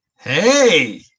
Hey